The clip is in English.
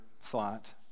thought